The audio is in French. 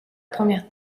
première